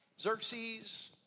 Xerxes